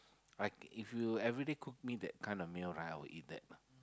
I if you everyday cook me that kind of meal right I will eat that